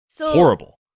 horrible